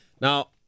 Now-